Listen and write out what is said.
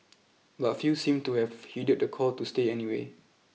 but few seemed to have heeded the call to stay away